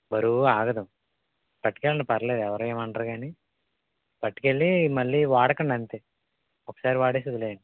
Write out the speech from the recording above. బరువు ఆగదు పట్టుకెళ్ళండి పర్లేదు ఎవరూ ఏం అనరుకానీ పట్టుకెళ్ళి మళ్ళీ వాడకండి అంతే ఒకసారి వాడేసి వదిలేయండి